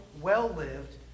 well-lived